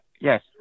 Yes